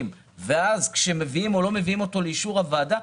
ואז כשמביאים או לא מביאים אותו לאישור הוועדה,